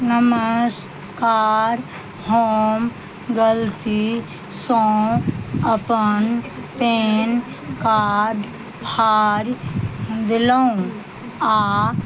नमस्कार हम गलतीसँ अपन पेन कार्ड फाड़ि देलहुॅं आ